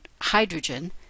hydrogen